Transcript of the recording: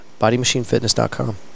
BodyMachineFitness.com